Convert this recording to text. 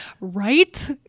right